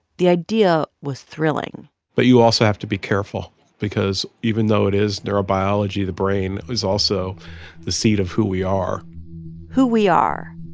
the idea was thrilling but you also have to be careful because even though it is neurobiology, the brain is also the seat of who we are who we are.